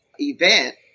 event